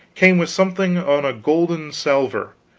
came with something on a golden salver,